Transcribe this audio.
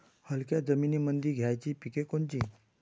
हलक्या जमीनीमंदी घ्यायची पिके कोनची?